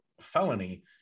felony